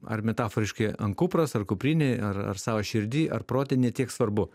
ar metaforiškai ant kupros ar kuprinėj ar ar savo širdy ar prote ne tiek svarbu